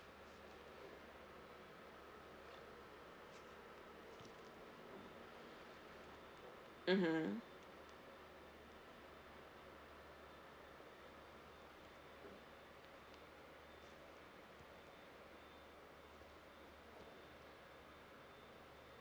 mmhmm